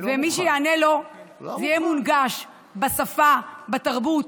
ומי שיענה לו, זה יהיה מונגש בשפה, בתרבות,